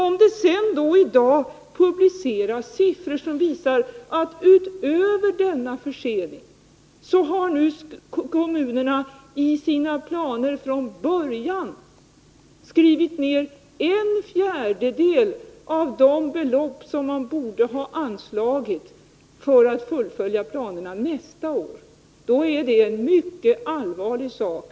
När det dessutom i dag publiceras siffror som visar att till denna försening kommer att kommunerna i sina planer skrivit ner en fjärdedel av de belopp som man borde ha anslagit för att fullfölja planerna för nästa år, då är detta en mycket allvarlig sak.